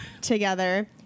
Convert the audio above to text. together